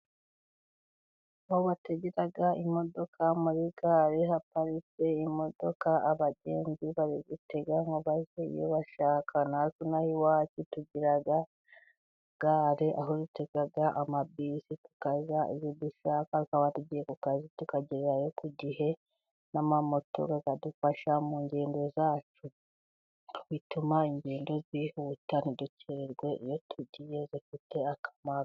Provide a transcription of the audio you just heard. Aho bategera imodoka muri gare, haparitse imodoka abagenzi bari gutega ngo bajye iyo bashaka. Natwe ino aha iwacu tugira gare aho dutega amabisi tukajya iyo dushaka, twaba tugiye ku kazi tukagererayo ku gihe n'amamoto akadufasha mu ngendo zacu, bituma ingendo zihuta ntidukerererwe iyo tugiye, zifite akamaro.